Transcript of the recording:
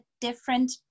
different